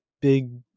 big